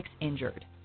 injured